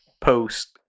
post